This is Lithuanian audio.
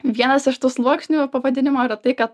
vienas iš tų sluoksnių pavadinimo yra tai kad